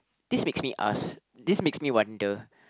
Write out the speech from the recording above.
this makes me ask this makes me wonder